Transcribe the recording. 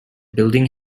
building